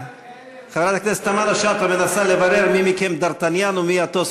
חברת הכנסת תמנו-שטה מנסה לברר מי מכם ד'ארטניין ומי אתוס,